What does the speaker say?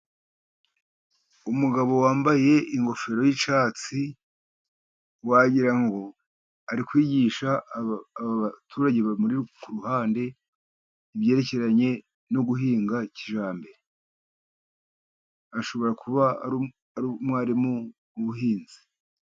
Umugabo wambaye ingofero y'icyatsi, wagira ngo ari kwigisha abaturage bamuri ku ruhande, ibyerekeranye no guhinga kijyambere. Ashobora kuba ari umwarimu w'ubuhinzi.